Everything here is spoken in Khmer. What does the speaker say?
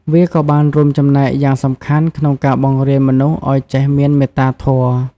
វាក៏បានរួមចំណែកយ៉ាងសំខាន់ក្នុងការបង្រៀនមនុស្សឱ្យចេះមានមេត្តាធម៌។